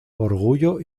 orgullo